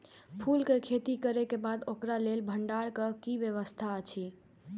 फूल के खेती करे के बाद ओकरा लेल भण्डार क कि व्यवस्था अछि?